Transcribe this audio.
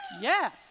Yes